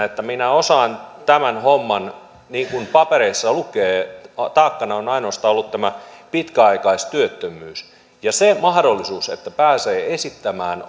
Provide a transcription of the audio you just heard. että minä osaan tämän homman niin kuin papereissa lukee taakkana on ainoastaan ollut tämä pitkäaikaistyöttömyys ja se mahdollisuus että pääsee esittämään